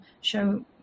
show